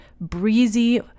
Breezy